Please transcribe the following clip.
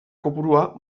kopurua